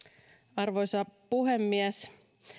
arvoisa puhemies